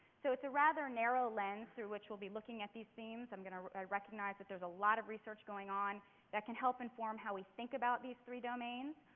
so it's a rather narrow lens through which we'll be looking at these themes. um i recognize that there's a lot of research going on that can help inform how we think about these three domains,